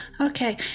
okay